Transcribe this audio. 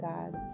God